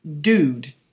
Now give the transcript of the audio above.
dude